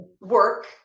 Work